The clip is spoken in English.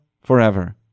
forever